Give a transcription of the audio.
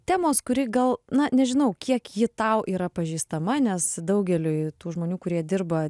temos kuri gal na nežinau kiek ji tau yra pažįstama nes daugeliui tų žmonių kurie dirba